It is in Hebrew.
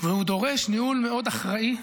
והוא דורש ניהול מאוד אחראי,